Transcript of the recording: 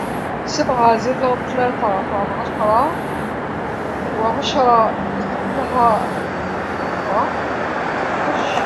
سبعه نزيدولهم ثلاثه راهم عشره، وعشره زدتلها خمسه يولو خمسطاش.